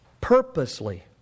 Purposely